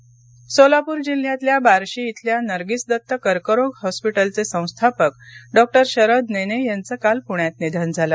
निधन सोलापूर जिल्ह्यातल्या बार्शी इथल्या नर्गीस दत्त कर्करोग हॉस्पिटलचे संस्थापक डॉक्टर शरद नेने यांचं काल पूण्यात निधन झालं